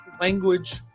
language